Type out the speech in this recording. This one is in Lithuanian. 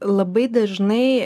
labai dažnai